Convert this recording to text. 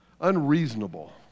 Unreasonable